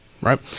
right